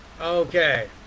Okay